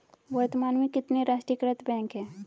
वर्तमान में कितने राष्ट्रीयकृत बैंक है?